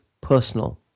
personal